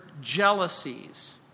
jealousies